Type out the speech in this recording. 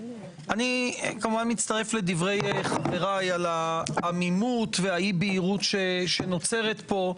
אני כמובן מצטרף לדברי חבריי על העמימות והאי-בהירות שנוצרת פה.